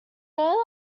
know